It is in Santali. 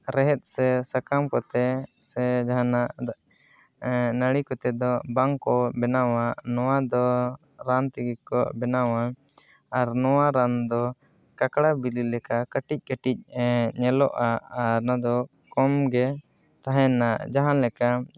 ᱨᱮᱦᱮᱫ ᱥᱮ ᱥᱟᱠᱟᱢ ᱠᱚᱛᱮ ᱥᱮ ᱡᱟᱦᱟᱱᱟᱜ ᱱᱟᱹᱲᱤ ᱠᱚᱛᱮ ᱫᱚ ᱵᱟᱝ ᱠᱚ ᱵᱮᱱᱟᱣᱟ ᱱᱚᱣᱟ ᱫᱚ ᱨᱟᱱ ᱛᱮᱜᱮ ᱠᱚ ᱵᱮᱱᱟᱣᱟ ᱟᱨ ᱱᱚᱣᱟ ᱨᱟᱱ ᱫᱚ ᱠᱟᱠᱲᱟ ᱵᱤᱞᱤ ᱞᱮᱠᱟ ᱠᱟᱹᱴᱤᱡ ᱠᱟᱹᱴᱤᱡ ᱧᱮᱞᱚᱜᱼᱟ ᱟᱨ ᱱᱚᱣᱟ ᱫᱚ ᱠᱚᱢᱜᱮ ᱛᱟᱦᱮᱱᱟ ᱡᱟᱦᱟᱸᱞᱮᱠᱟ